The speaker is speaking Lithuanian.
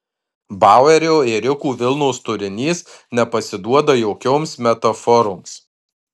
bauerio ėriukų vilnos turinys nepasiduoda jokioms metaforoms